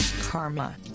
karma